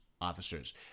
officers